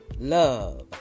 love